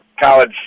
college